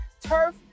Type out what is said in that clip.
turf